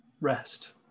Rest